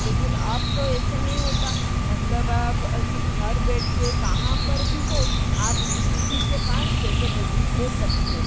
लेकिन अब तो ऐसे नहीं होता मतलब आप आज घर बैठ के कहाँ पर भी हो आप दि किसी के पास पैसे भेज भेज सकते हो